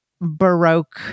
baroque